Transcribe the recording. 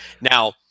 Now